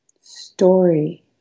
story